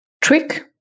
trick